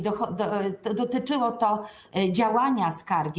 Dotyczyło to działania skargi.